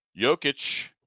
Jokic